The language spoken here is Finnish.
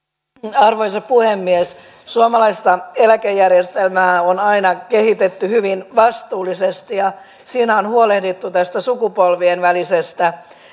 arvoisa puhemies suomalaista eläkejärjestelmää on aina kehitetty hyvin vastuullisesti ja siinä on huolehdittu tästä sukupolvien välisestä